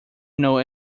know